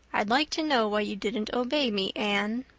i'd like to know why you didn't obey me, anne.